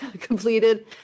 completed